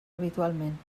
habitualment